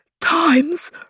times